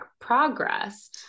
progress